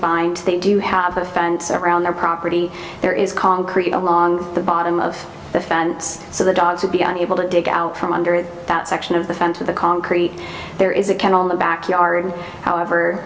fined they do have a fence around their property there is concrete along the bottom of the fence so the dogs would be able to dig out from under that section of the fence or the concrete there is a kennel in the backyard however